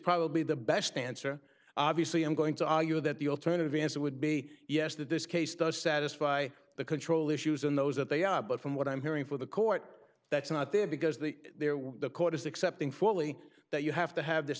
probably the best answer obviously i'm going to argue that the alternative answer would be yes that this case does satisfy the control issues in those that they are but from what i'm hearing for the court that's not there because the there was the court is accepting fully that you have to have this